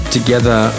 Together